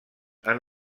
han